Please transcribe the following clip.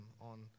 on